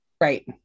Right